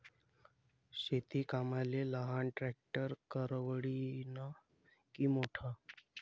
शेती कामाले लहान ट्रॅक्टर परवडीनं की मोठं?